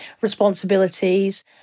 responsibilities